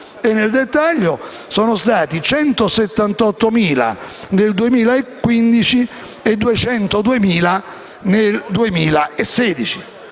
nel dettaglio sono stati 178.000 nel 2015 e 202.000 nel 2016.